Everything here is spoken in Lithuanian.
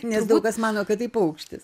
nes daug kas mano kad tai paukštis